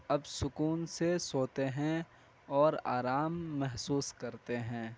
اب سکون سے سوتے ہیں اور آرام محسوس کرتے ہیں